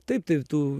taip tai tu